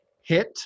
hit